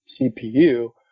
CPU